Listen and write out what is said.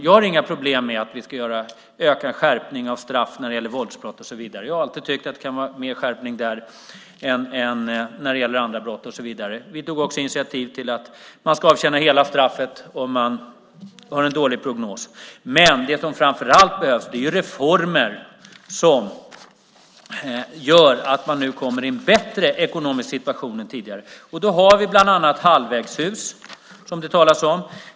Jag har inga problem med att vi ska öka skärpningen av straff när det gäller våldsbrott och så vidare. Jag har alltid tyckt att det kan vara mer skärpning där än när det gäller andra brott. Vi tog också initiativ till att man ska avtjäna hela straffet om man har en dålig prognos. Men det som framför allt behövs är reformer som gör att man nu kommer i en bättre ekonomisk situation än tidigare. Då har vi bland annat halvvägshus, som det talas om.